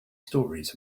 stories